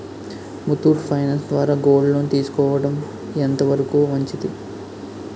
Muthoot finance ద్వారా gold loan తీసుకోవడం ఎంత వరకు మంచిది?